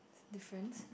difference